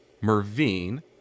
Mervine